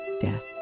death